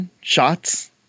shots